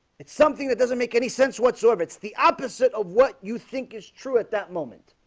it's something that doesn't make any sense whatsoever it's the opposite of what you think is true at that moment